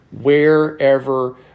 wherever